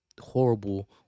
horrible